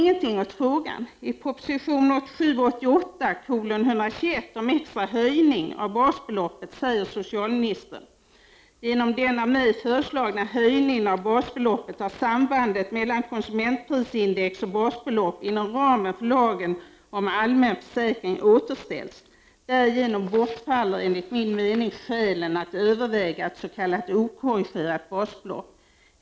Genom den av mig föreslagna höjningen av basbeloppet har sambandet mellan konsumentprisindex och basbelopp inom ramen för lagen om allmän försäkring återställts. Därigenom bortfaller, enligt min mening, skälen att överväga ett s.k. okorrigerat basbelopp.